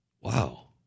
Wow